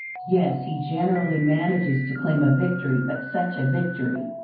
yes, he generally manages to claim a victory, but such a victory!